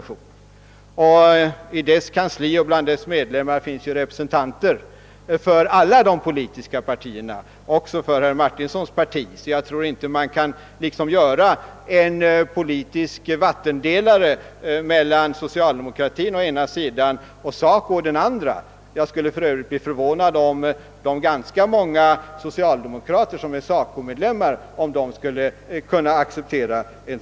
I dess kansli och bland dess medlemmar finns representanter för alla de politiska partierna, också för herr Martinssons parti, så jag tror inte man kan göra en politisk vattendelare mellan socialdemokratin å ena sidan och SACO å den andra. Jag skulle för övrigt bli förvånad om de ganska många socialdemokrater som är SACO-medlemmar skulle kunna acceptera det.